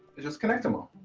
is just connect them all.